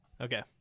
Okay